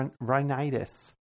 rhinitis